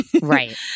Right